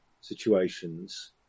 situations